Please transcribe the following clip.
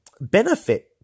benefit